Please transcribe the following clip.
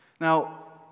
Now